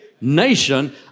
nation